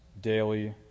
daily